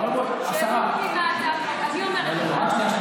אני אומרת לך,